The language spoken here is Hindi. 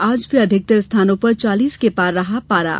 आज भी अधिकतर स्थानों पर चालीस के पार रहा पारा